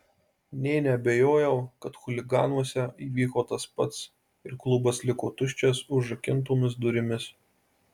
nė neabejojau kad chuliganuose įvyko tas pats ir klubas liko tuščias užrakintomis durimis